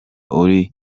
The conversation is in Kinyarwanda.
uri